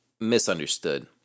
misunderstood